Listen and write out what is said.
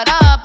up